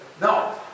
no